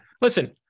listen